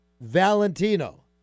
Valentino